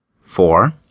Four